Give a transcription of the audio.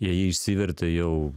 jie jį išsivertė jau